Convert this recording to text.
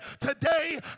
today